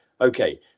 okay